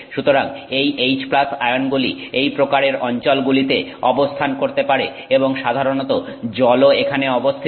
সুতরাং এই H আয়নগুলি এই প্রকারের অঞ্চলগুলিতে অবস্থান করতে পারে এবং সাধারণত জলও এখানে অবস্থিত